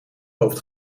hoofd